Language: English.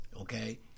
Okay